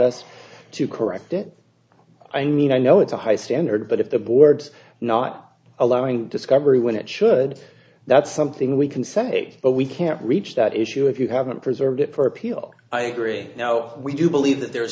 just to correct it i mean i know it's a high standard but if the board's not allowing discovery when it should that's something we can say but we can't reach that issue if you haven't preserved it for appeal i agree now we do believe that there